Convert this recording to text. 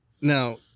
now